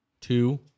two